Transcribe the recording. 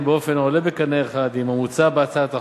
באופן העולה בקנה אחד עם המוצע בהצעת החוק.